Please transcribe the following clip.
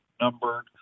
numbered